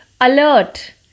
Alert